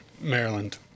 maryland